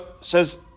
says